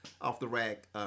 off-the-rack